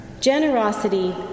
Generosity